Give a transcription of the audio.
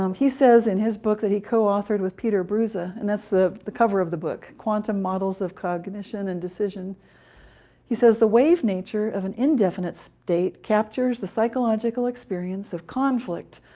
um he says in his book that he co-authored with peter bruza, and that's the the cover of the book, quantum models of cognition and decision he says the wave nature of an indefinite state captures the psychological experience of conflict,